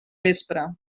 vespre